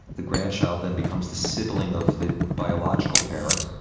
the grandchild then becomes the sibling of the biological parent,